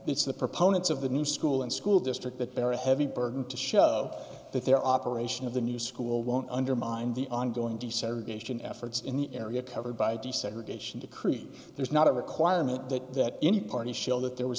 it's the proponents of the new school and school district that bear a heavy burden to show that their operation of the new school won't undermine the ongoing desegregation efforts in the area covered by desegregation decree there's not a requirement that any party show that